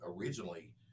originally